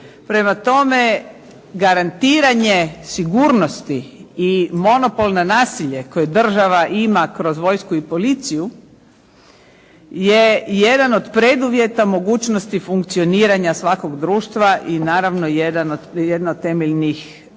Prema tome, garantiranje sigurnosti i monopol na nasilje koje država ima kroz vojsku i policiju je jedan od preduvjeta mogućnosti funkcioniranja svakog društva i naravno jedna od temeljnih razloga